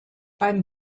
beim